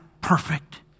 perfect